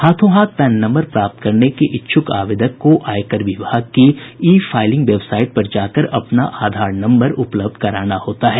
हाथोंहाथ PAN number प्राप्त करने के इच्छुक आवेदक को आयकर विभाग की ई फाईलिंग वेबसाइट पर जाकर अपना आधार नम्बर उपलब्ध कराना होता है